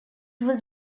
was